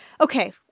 okay